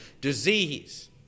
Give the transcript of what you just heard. Disease